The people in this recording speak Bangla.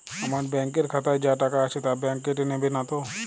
আমার ব্যাঙ্ক এর খাতায় যা টাকা আছে তা বাংক কেটে নেবে নাতো?